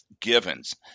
givens